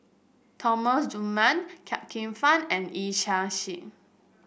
Thomas Dunman Chia Kwek Fah and Yee Chia Hsing